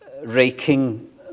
Raking